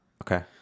Okay